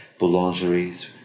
boulangeries